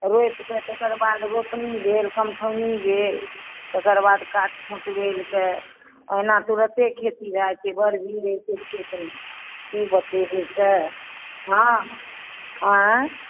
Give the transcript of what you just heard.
रोपि कऽ तकर बाद रोपनी भेल फेर कमठउनी भेल तकर बाद काट खोँट भेल के ओहिना तुरन्ते खेती भए जाइत छै बड़ हँ आँय